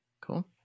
Cool